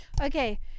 Okay